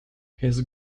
his